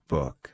Book